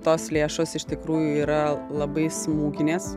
tos lėšos iš tikrųjų yra labai smūginės